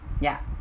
ya